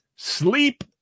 Sleep